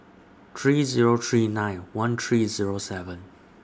three Zero three nine one three Zero seven